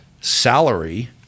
salary